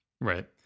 Right